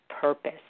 purpose